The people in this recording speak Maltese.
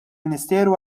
ministeru